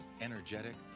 energetic